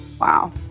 Wow